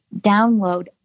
download